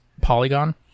Polygon